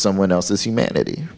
someone else's humanity